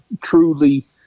truly